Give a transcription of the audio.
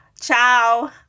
ciao